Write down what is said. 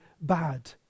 bad